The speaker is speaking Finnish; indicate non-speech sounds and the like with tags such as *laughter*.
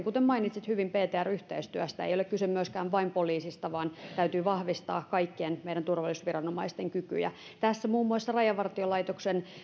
*unintelligible* kuten mainitsit hyvin ptr yhteistyöstä ei ole kyse vain poliisista vaan täytyy vahvistaa kaikkien meidän turvallisuusviranomaisten kykyjä ja tässä muun muassa rajavartiolaitoksen